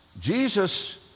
Jesus